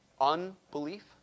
unbelief